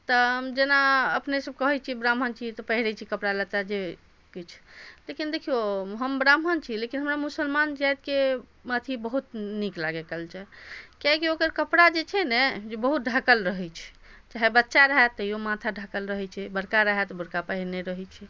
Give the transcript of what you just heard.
तऽ हम जेना अपने सभ कहै छी ब्राह्मण छी तऽ पहिरै छी कपड़ा लत्ता जे किछु लेकिन देखियौ हम ब्राह्मण छी लेकिन हमरा मुसलमान जाति के अथि बहुत नीक लागैया कल्चर किएकि ओकर कपड़ा जे छै ने जे बहुत ढकल रहै छै चाहे बच्चा रहै तैयो माथा ढकल रहै छै बड़का रहै तऽ बुरका पहिरने रहै छै